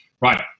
Right